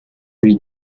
lui